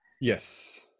Yes